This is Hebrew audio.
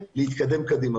להתקדם קדימה.